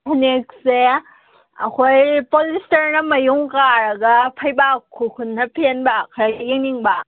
ꯐꯅꯦꯛꯁꯦ ꯑꯩꯈꯣꯏ ꯄꯣꯂꯤꯁꯇꯔꯅ ꯃꯌꯨꯡ ꯀꯥꯔꯒ ꯐꯩꯕꯥꯛ ꯈꯨꯔꯈꯨꯜꯅ ꯐꯦꯟꯕ ꯈꯔ ꯌꯦꯡꯅꯤꯡꯕ